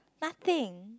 nothing